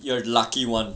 you're lucky one